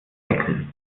deckeln